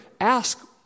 ask